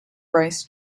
race